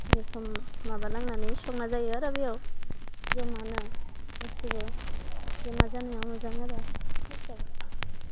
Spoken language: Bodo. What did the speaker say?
जेर'खम माबा लांनानै संना जायो आरो बेयाव जमानो गासिबो जमा जानाया मोजां आरो होथ जाबाय